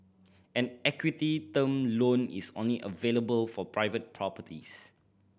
an equity term loan is only available for private properties